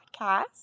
podcast